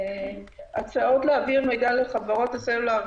הצעות להעביר לחברות הסלולאר